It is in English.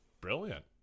brilliant